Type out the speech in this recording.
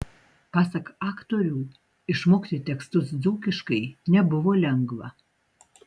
pasak aktorių išmokti tekstus dzūkiškai nebuvo lengva